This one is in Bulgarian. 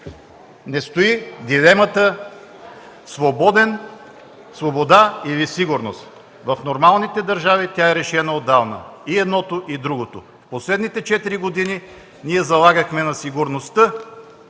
не стои дилемата свобода или сигурност. В нормалните държави тя е решена отдавна – и едното, и другото. В последните четири години ние залагахме на сигурността